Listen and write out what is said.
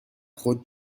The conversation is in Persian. خود